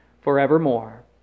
forevermore